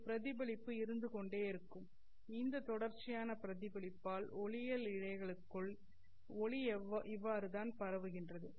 இங்கு பிரதிபலிப்பு இருந்து கொண்டே இருக்கும் இந்த தொடர்ச்சியான பிரதிபலிப்பால் ஒளியியல் இழைக்குள் ஒளி இவ்வாறு தான் பரவுகிறது